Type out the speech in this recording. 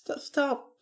stop